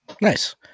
nice